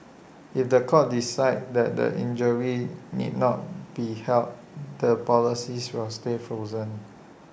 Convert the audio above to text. if The Court decides that the injury need not be held the policies will stay frozen